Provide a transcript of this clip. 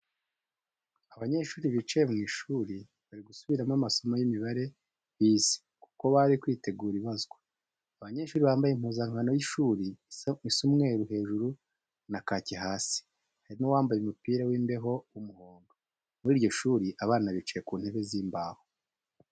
Abanyeshuri bicaye mu ishuri, bari gusubiramo amasomo y'imibare bize, kuko bari kwitegura ibazwa. Abanyeshuri bambaye impuzankano y'ishuri isa umweru hejuru, na kaki hasi, hari n'uwambaye umupira w'imbeho w'umuhondo. Muri iryo shuri, abana bicaye ku ntebe z'imbaho.